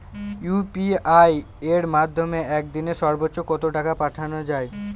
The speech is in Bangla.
ইউ.পি.আই এর মাধ্যমে এক দিনে সর্বচ্চ কত টাকা পাঠানো যায়?